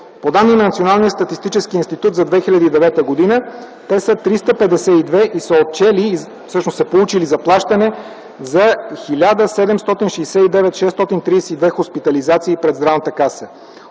По данни на Националния статистически институт за 2009 г. те са 352 и са отчели, всъщност са получили заплащане за 1 млн. 769 хил. 632 хоспитализации през Здравната каса.